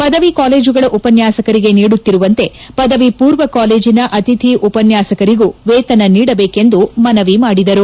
ಪದವಿ ಕಾಲೇಜುಗಳ ಉಪನ್ನಾಸಕರಿಗೆ ನೀಡುತ್ತಿರುವಂತೆ ಪದವಿಪೂರ್ವ ಕಾಲೇಜಿನ ಅತಿಥಿ ಉಪನ್ನಾಸಕರಿಗೂ ವೇತನ ನೀಡಬೇಕೆಂದು ಮನವಿ ಮಾಡಿದರು